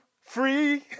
free